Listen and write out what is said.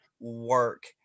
work